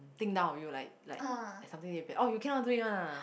think down of you like like something it will be oh you cannot do it lah